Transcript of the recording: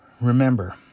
Remember